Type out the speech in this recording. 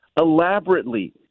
elaborately